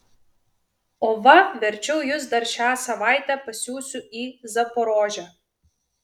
o va verčiau jus dar šią savaitę pasiųsiu į zaporožę